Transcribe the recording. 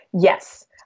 Yes